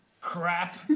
crap